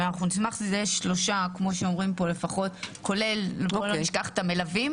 ונשמח שאלה יהיו 3 כיסאות גלגלים ולא נשכח את המלווים.